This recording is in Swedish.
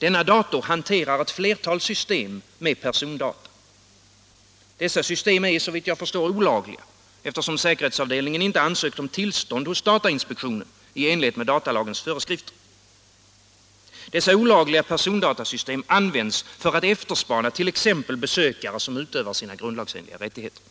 Denna dator hanterar ett flertal system med persondata. Dessa system är olagliga, eftersom säkerhetsavdelningen inte ansökt om tillstånd hos datainspektionen i enlighet med datalagens föreskrifter. Dessa olagliga persondatasystem används för att efterspana t.ex. besökare som utövar sina grundlagsenliga rättigheter.